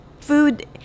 food